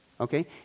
Okay